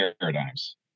paradigms